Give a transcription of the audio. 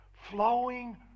flowing